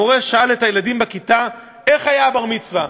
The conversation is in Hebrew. המורה שאל את הילדים בכיתה, איך היה הבר-מצווה?